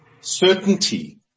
certainty